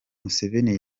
museveni